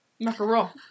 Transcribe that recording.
macaron